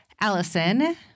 Allison